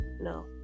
No